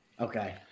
okay